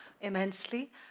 immensely